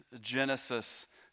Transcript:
Genesis